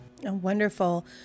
Wonderful